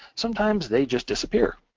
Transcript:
sometimes they just disappear.